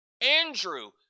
Andrew